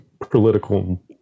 political